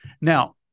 Now